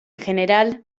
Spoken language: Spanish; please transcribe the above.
general